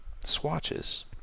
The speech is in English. swatches